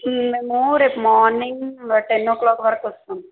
మేము రేపు morning ten o'clock వరకు వస్తాము